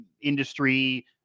industry